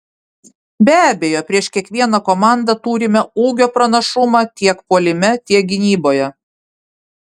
be abejo prieš kiekvieną komandą turime ūgio pranašumą tiek puolime tiek gynyboje